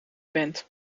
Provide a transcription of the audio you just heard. bent